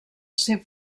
ser